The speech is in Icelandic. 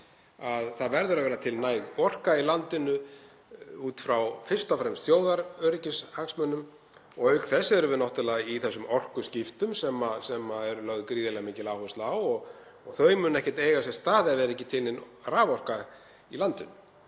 að það verður að vera til næg orka í landinu út frá fyrst og fremst þjóðaröryggishagsmunum og auk þess erum við náttúrlega í þessum orkuskiptum sem er lögð gríðarlega mikil áhersla á og þau munu ekki eiga sér stað ef það er ekki til nein raforka í landinu,